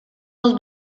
los